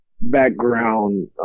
background